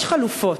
יש חלופות,